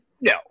No